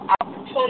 opportunity